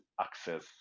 access